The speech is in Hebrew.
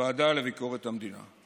בוועדה לביקורת המדינה.